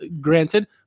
granted